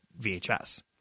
VHS